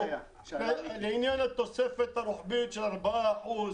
לעניין התוספת הרוחבית של ארבעה אחוזים,